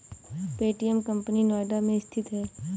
Paytm company Noida में स्थित है